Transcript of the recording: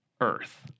earth